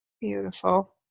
Beautiful